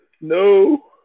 No